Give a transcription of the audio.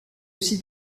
aussi